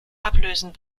ablösen